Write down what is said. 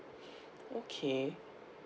okay